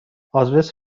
آدرس